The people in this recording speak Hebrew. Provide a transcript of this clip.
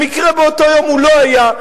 במקרה באותו יום הוא לא היה,